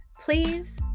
please